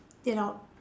you know